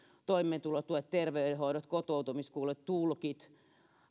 toimeentulotuet terveydenhoidot kotoutumiskulut tulkit